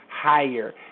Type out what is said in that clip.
higher